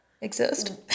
exist